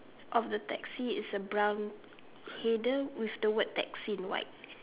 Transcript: of the taxi is a brown header with the word taxi in white